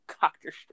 Doctor